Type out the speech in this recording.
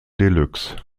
deluxe